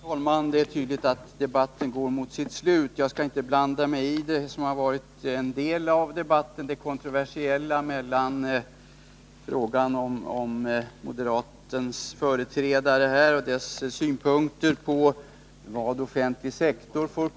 Herr talman! Det är tydligt att debatten går mot sitt slut. Jag skall inte blanda mig i vad en del av debatten har gällt — det kontroversiella i de synpunkter på vad offentlig sektor får kosta som moderaternas företrädare här anförde.